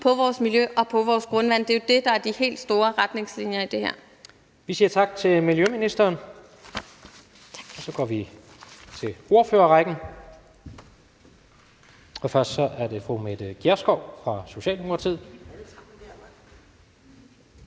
på vores miljø og på vores grundvand. Det er det, der er de helt store pejlemærker i det her. Kl. 16:15 Tredje næstformand (Jens Rohde): Vi siger tak til miljøministeren, og så går vi til ordførerrækken. Først er det fru Mette Gjerskov fra Socialdemokratiet.